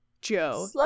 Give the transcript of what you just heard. Joe